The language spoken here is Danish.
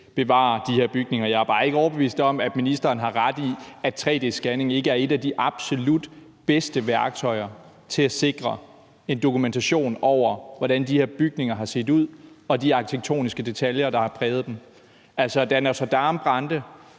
bevarer de her bygninger. Jeg er bare ikke overbevist om, at ministeren har ret i, at en tre-d-scanning ikke er et af de absolut bedste værktøjer til at sikre en dokumentation over, hvordan de her bygninger har set ud, og de arkitektoniske detaljer, der har præget dem. Da Notre-Dame brændte